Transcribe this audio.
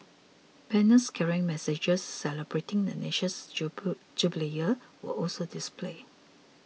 banners carrying messages celebrating the nation's jubilee year were also displayed